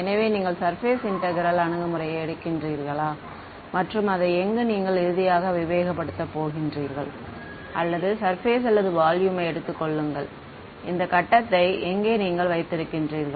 எனவே நீங்கள் surface integral அணுகுமுறையை எடுக்கின்றீர்களா மற்றும் அதை எங்கு நீங்கள் இறுதியாக விவேகப்படுத்த போகின்றீர்கள் அல்லது சர்பேஸ் அல்லது வால்யூம் யை எடுத்துக் கொள்ளுங்கள் இந்த கட்டத்தை எங்கே நீங்கள் இங்கே வைத்திருக்கின்றீர்கள்